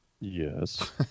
Yes